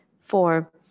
Four